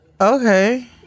okay